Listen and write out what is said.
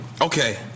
Okay